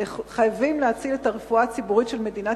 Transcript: חייבים להציל את הרפואה הציבורית של מדינת